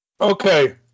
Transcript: Okay